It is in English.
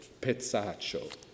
Pezzaccio